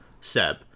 Seb